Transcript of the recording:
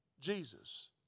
Jesus